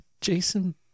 Jason